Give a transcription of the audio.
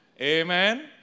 Amen